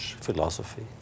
philosophy